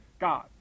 God